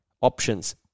options